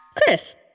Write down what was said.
Chris